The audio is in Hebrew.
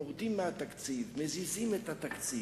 יורדים מהתקציב, מזיזים את התקציב.